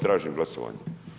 Tražim glasovanje.